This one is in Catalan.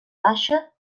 baixa